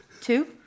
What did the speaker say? Two